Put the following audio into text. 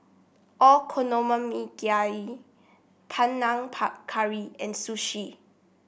Panang Curry and Sushi